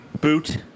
Boot